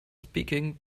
speaking